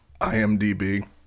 IMDb